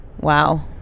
Wow